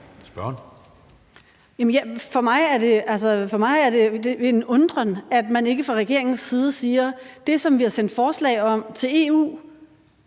Jamen for mig er der tale om en undren over, at man ikke fra regeringens side siger: Det, som vi har sendt forslag om til EU,